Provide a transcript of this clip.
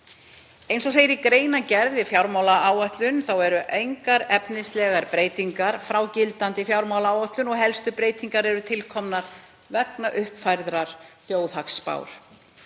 Eins og segir í greinargerð með fjármálaáætlun eru engar efnislegar breytingar frá gildandi fjármálaáætlun og helstu breytingar tilkomnar vegna uppfærðrar þjóðhagsspár.